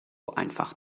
einfach